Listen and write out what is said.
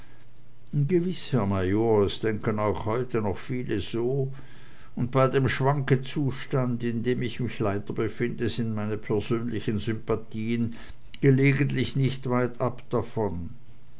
herr major es denken auch heute noch viele so und bei dem schwankezustand in dem ich mich leider befinde sind meine persönlichen sympathien gelegentlich nicht weitab davon